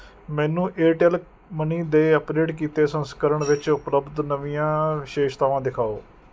ਮੈਨੂੰ Airtel money ਦੇ update ਕੀਤੇ ਸੰਸਕਰਣ ਵਿੱਚ ਉਪਲਬਧ ਨਵੀਆਂ ਵਿਸ਼ੇਸ਼ਤਾਵਾਂ ਦਿਖਾਓ